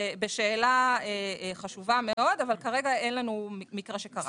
בשאלה חשובה מאוד, אבל כרגע אין לנו מקרה שקרה.